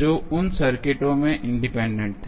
जो उन सर्किटों में इंडिपेंडेंट थे